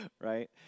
right